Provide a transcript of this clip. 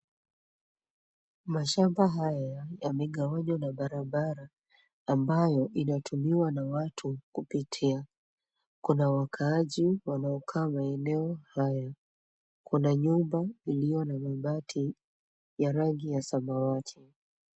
Mashamba haya yamegawanywa na barabara, ambayo inatumiwa na watu kupitia. Kuna wakaaji wanaokaa maeneo hayo. Kuna nyumba iliyo na mabati ya rangi ya samawati.